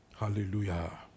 Hallelujah